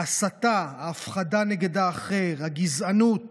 ההסתה, ההפחדה נגד האחר, הגזענות,